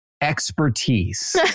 expertise